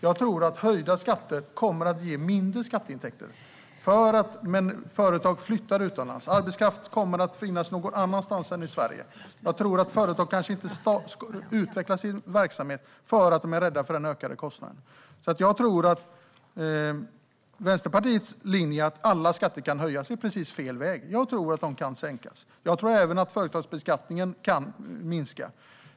Jag tror att höjda skatter kommer att ge mindre skatteintäkter. Företag flyttar utomlands. Arbetskraften kommer att finnas någon annanstans än i Sverige. Jag tror att företag kanske inte utvecklar sin verksamhet för att de är rädda för den ökade kostnaden. Jag tror därför att Vänsterpartiets linje att alla skatter kan höjas är precis fel väg. Jag tror att de kan sänkas. Jag tror även att företagsbeskattningen kan minska.